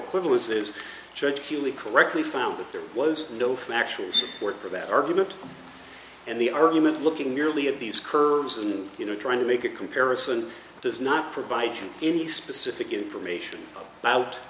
bioequivalence is judge acutely correctly found that there was no factual support for that argument and the argument looking merely at these curves and you know trying to make a comparison does not provide any specific information about